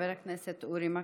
חבר הכנסת אורי מקלב,